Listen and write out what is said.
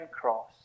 cross